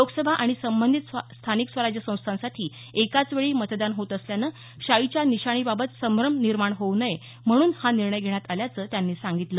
लोकसभा आणि संबंधित स्थानिक स्वराज्य संस्थांसाठी एकाच वेळी मतदान होत असल्यानं शाईच्या निशाणीबाबत संभ्रम निर्माण होऊ नये म्हणून हा निर्णय घेण्यात आल्याचं त्यांनी सांगितलं